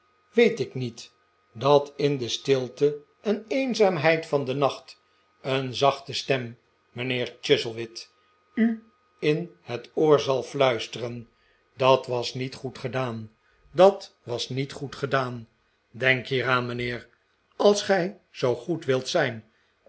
weet ik niet dat in de stilte en eenzaamheid van den nacht een zachte stem mijnheer chuzzlewit u in het oor zal fluisteren dat was niet goed gedaan dat was niet goed gedaan denk hieraan mijnheer als gij zoo goed wilt zijn